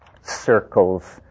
circles